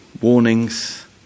Warnings